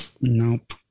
Nope